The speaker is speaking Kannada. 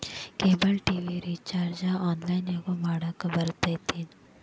ಕೇಬಲ್ ಟಿ.ವಿ ರಿಚಾರ್ಜ್ ಆನ್ಲೈನ್ನ್ಯಾಗು ಮಾಡಕ ಬರತ್ತೇನು